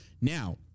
Now